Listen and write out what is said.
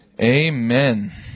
Amen